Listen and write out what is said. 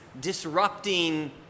disrupting